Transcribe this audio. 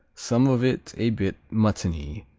some of it a bit muttony,